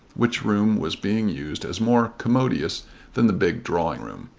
which room was being used as more commodious than the big drawing-room.